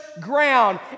ground